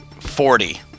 Forty